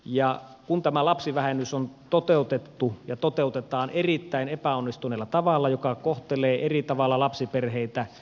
ja kun tämä lapsivähennys on toteutettu ja toteutetaan erittäin epäonnistuneella tavalla joka kohtelee eri tavalla lapsiperheitä